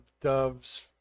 doves